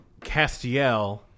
Castiel